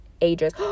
ages